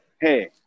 Hey